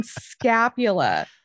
scapula